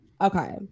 Okay